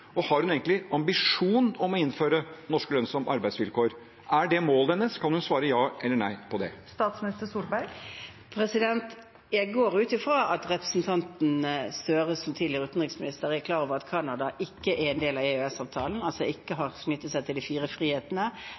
og har hun egentlig ambisjon om å innføre norske lønns- og arbeidsvilkår? Er det målet hennes? Kan hun svare ja eller nei på det? Jeg går ut fra at representanten Gahr Støre som tidligere utenriksminister er klar over at Canada ikke er en del av EØS-avtalen. De har altså ikke forpliktet seg til de fire frihetene